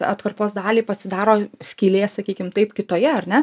atkarpos dalį pasidaro skylė sakykim taip kitoje ar ne